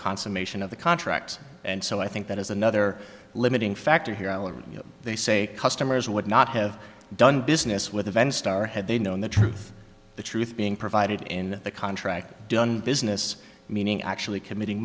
consummation of the contract and so i think that is another limiting factor here you know they say customers would not have done business with event star had they known the truth the truth being provided in the contract done business meaning actually committing